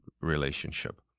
relationship